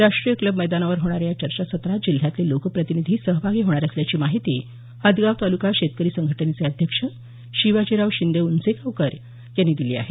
राष्ट्रीय क्लब मैदानावर होणाऱ्या या चर्चासत्रात जिल्ह्यातले लोकप्रतिनिधी सहभागी होणार असल्याची माहिती हदगाव ताल्का शेतकरी संघटनेचे अध्यक्ष शिवाजीराव शिंदे ऊंचेगावकर यांनी दिली आहे